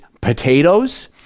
potatoes